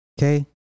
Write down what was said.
Okay